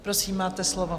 Prosím, máte slovo.